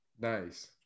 Nice